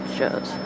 shows